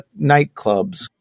nightclubs